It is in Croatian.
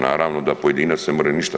Naravno da pojedinac ne može ništa.